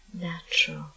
Natural